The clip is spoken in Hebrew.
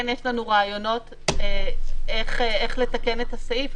כן יש לנו רעיונות איך לתקן את הסעיף,